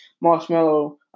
marshmallow